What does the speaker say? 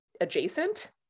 adjacent